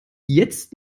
jetzt